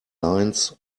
lines